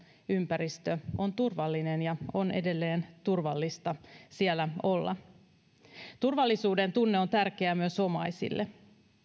ympäristö on turvallinen ja on edelleen turvallista olla siellä turvallisuudentunne on tärkeä myös omaisille